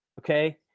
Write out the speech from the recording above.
Okay